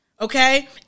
Okay